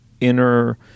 inner